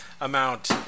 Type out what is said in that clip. amount